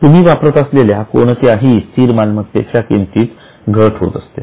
तुम्ही वापरत असलेल्या कोणत्याही स्थिर मालमत्तेच्या किमतीत घट होत असते